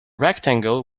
rectangle